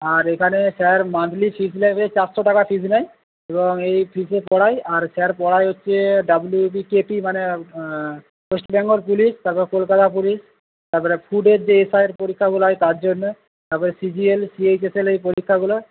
আর এখানে sir monthly fees নেবে চারশো টাকা ফিজ নেয় এবং এই ফিজে পড়ায় আর স্যার পড়ায় হচ্ছে ডাবলুবিটিইটি মানে ওয়েস্ট বেঙ্গল পুলিশ তারপর কলকাতা পুলিশ তারপর স্কুলের যে পরীক্ষাগুলো হয় তার জন্য তারপর সিজিএল সিএইচএসএল এই পরীক্ষাগুলো